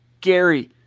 Gary